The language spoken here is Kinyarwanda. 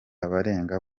barenga